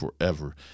forever